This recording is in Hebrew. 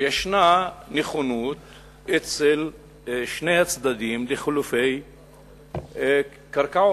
שיש נכונות אצל שני הצדדים לחילופי קרקעות,